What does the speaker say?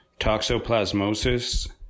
toxoplasmosis